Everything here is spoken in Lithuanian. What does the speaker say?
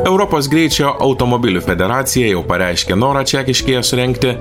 europos greičio automobilių federacija jau pareiškė norą čekiškėje surengti